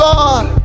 Lord